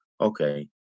okay